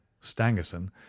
Stangerson